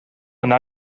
yna